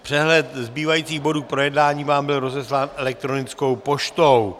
Přehled zbývajících bodů k projednání vám byl rozeslán elektronickou poštou.